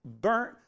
burnt